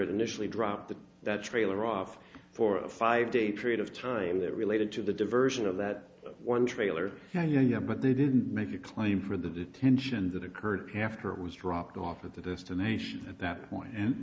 it initially dropped the that trailer off for a five day period of time that related to the diversion of that one trailer well yeah but they didn't make a claim for the detention that occurred after it was dropped off at the destination at that point and